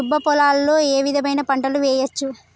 దుబ్బ పొలాల్లో ఏ విధమైన పంటలు వేయచ్చా?